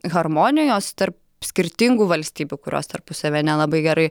harmonijos tarp skirtingų valstybių kurios tarpusavyje nelabai gerai